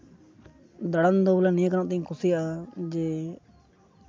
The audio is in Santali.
ᱫᱟᱸᱬᱟᱱ ᱫᱚ ᱵᱚᱞᱮ ᱱᱤᱭᱟᱹ ᱠᱟᱨᱚᱱ ᱛᱤᱧ ᱠᱩᱥᱤᱭᱟᱜᱼᱟ ᱡᱮ